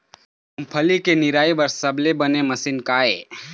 मूंगफली के निराई बर सबले बने मशीन का ये?